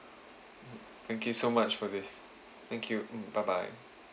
mm thank you so much for this thank you mm bye bye